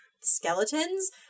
skeletons